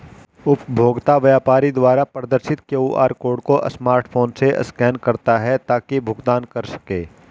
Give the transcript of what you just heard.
उपभोक्ता व्यापारी द्वारा प्रदर्शित क्यू.आर कोड को स्मार्टफोन से स्कैन करता है ताकि भुगतान कर सकें